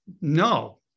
no